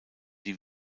die